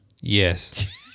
Yes